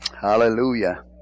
Hallelujah